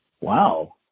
Wow